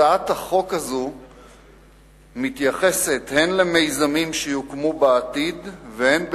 הצעת החוק הזו מתייחסת הן למיזמים שיוקמו בעתיד והן,